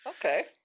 Okay